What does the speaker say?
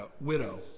widow